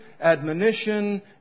admonition